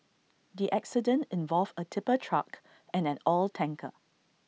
the accident involved A tipper truck and an oil tanker